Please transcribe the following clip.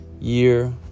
year